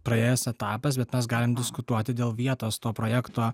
praėjęs etapas bet mes galim diskutuoti dėl vietos to projekto